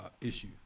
issue